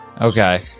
Okay